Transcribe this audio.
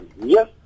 yes